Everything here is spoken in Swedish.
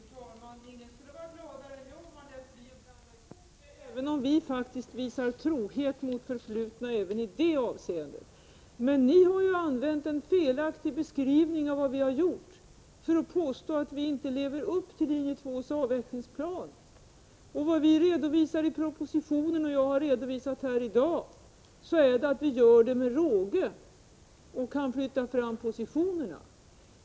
Fru talman! Ingen skulle vara gladare än jag om man lät bli att blanda ihop detta. Vi har faktiskt visat trohet mot det förflutna även i detta avseende. Men ni har ju använt en felaktig beskrivning av vad vi har gjort och påstår att vi inte lever upp till linje 2:s avvecklingsplan. Vad vi redovisar i propositionen och vad jag har redovisat här i dag är att vi lever upp till detta med råge och kan flytta fram positionerna.